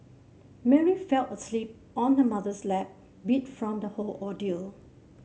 Mary fell asleep on her mother's lap beat from the whole ordeal